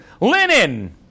linen